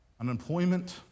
unemployment